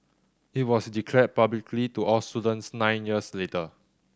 it was declared publicly to all students nine years later